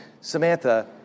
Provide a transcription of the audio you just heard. Samantha